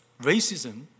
Racism